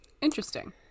Interesting